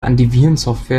antivirensoftware